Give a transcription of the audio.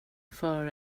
för